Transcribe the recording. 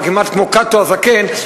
כמעט כמו קאטו הזקן,